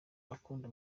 ukunda